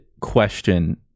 question